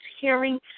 hearing